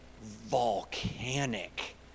volcanic